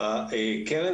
היא הקרן,